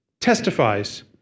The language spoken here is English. testifies